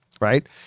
Right